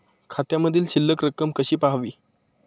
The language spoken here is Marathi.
खात्यामधील शिल्लक रक्कम कशी पहावी?